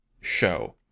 show